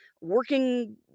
working